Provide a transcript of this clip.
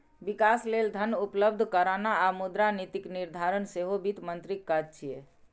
विकास लेल धन उपलब्ध कराना आ मुद्रा नीतिक निर्धारण सेहो वित्त मंत्रीक काज छियै